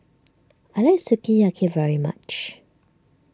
I like Sukiyaki very much